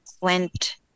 went